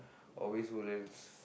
always Woodlands